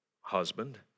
husband